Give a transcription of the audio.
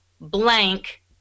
blank